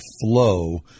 flow